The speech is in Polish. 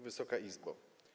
Wysoka Izbo!